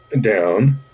down